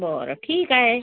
बरं ठीक आहे